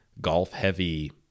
golf-heavy